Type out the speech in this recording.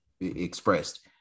expressed